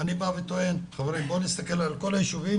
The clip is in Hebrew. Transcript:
אני טוען שצריך להסתכל על כל היישובים